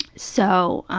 so,